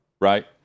right